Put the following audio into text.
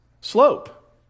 slope